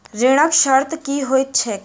ऋणक शर्त की होइत छैक?